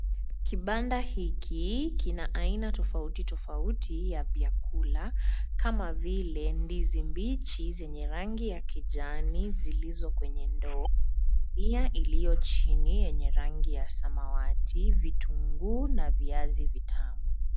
Kipanda hiki kina aina tofouti tofouti vya chakula Kama vile ndizi mbichi zenye rangi za kijani zilizo kwenye ndoo gunia ilio chini yenye rangi ya samawati vitunguu na viazi vitamu.